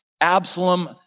Absalom